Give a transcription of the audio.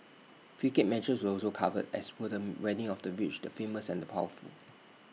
cricket matches were also covered as were the weddings of the rich the famous and the powerful